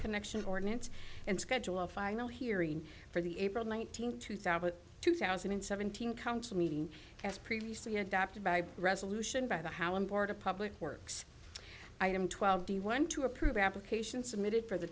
connection ordinance and schedule a final hearing for the april nineteenth two thousand two thousand and seventeen council meeting as previously adopted by resolution by the hallam board of public works i am twelve the one to approve application submitted for the